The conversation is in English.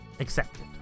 accepted